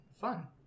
fun